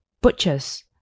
butchers